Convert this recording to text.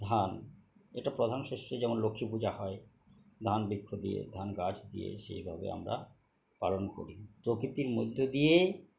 ধান এটা প্রধান শস্য যেমন লক্ষ্মী পূজা হয় ধান বৃক্ষ দিয়ে ধান গাছ দিয়ে সেইভাবে আমরা পালন করি প্রকৃতির মধ্য দিয়ে